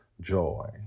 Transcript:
Joy